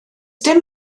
dim